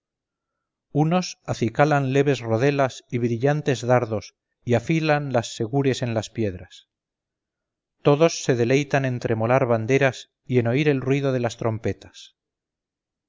unos acicalan leves rodelas y brillantes dardos y afilan las segures en las piedras todos se deleitan en tremolar banderas y en oír el ruido de las trompetas